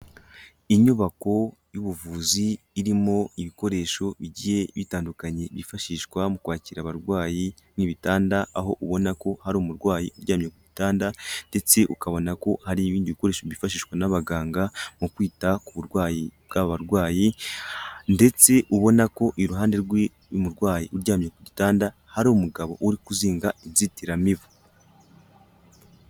Inyubako y'ubuvuzi irimo ibikoresho bigiye bitandukanye byifashishwa mu kwakira abarwayi n'ibitanda, aho ubona ko hari umurwayi uryamye ku gitanda ndetse ukabona ko hari ibindi bikoresho byifashishwa n'abaganga mu kwita ku burwayi bw'aba barwayi. Ndetse ubona ko iruhande rw'uyu murwayi uryamye ku gitanda ari umugabo urikuzinga inzitiramibu.